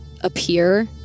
appear